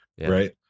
right